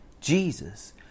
Jesus